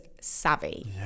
savvy